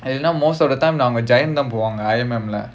and now most of the time நம்ம:namma giant தான் போவாங்க:thaan povaanga I_M_M lah